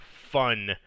fun